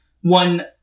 one